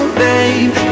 babe